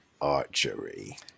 archery